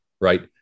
right